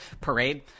parade